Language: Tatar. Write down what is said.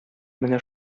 менә